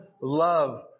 love